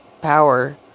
power